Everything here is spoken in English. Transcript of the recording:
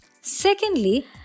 Secondly